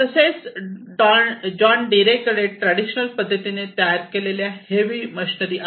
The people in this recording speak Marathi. तसेच जॉन डीरे कडे ट्रॅडिशनल पद्धतीने तयार केलेले हेवी मशनरी आहेत